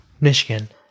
Michigan